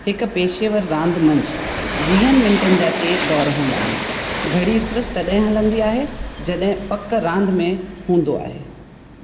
हिकु पेशेवर रांदि मंझि वीहनि मिंटनि जा टे दौर हूंदा आहिनि घड़ी सिर्फ़ु तॾहिं हलंदी आहे जॾहिं पक रांदि में हूंदो आहे